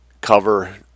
Cover